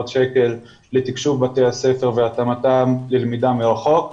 שקלים לקשוב בתי הספר והתאמתם ללמידה מרחוק.